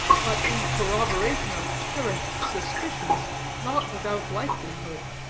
but in corroboration of cherished suspicions not without likelihood.